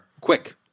Quick